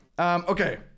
Okay